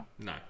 No